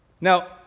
Now